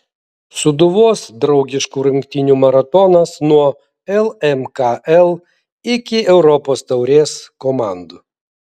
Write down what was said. sūduvos draugiškų rungtynių maratonas nuo lmkl iki europos taurės komandų